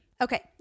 okay